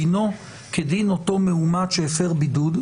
דינו כדין אותו מאומת שהפר בידוד,